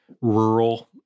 rural